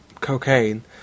cocaine